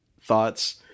thoughts